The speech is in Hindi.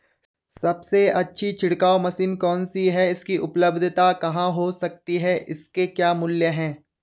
सबसे अच्छी छिड़काव मशीन कौन सी है इसकी उपलधता कहाँ हो सकती है इसके क्या मूल्य हैं?